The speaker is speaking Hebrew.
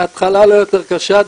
ההתחלה לא יותר קשה,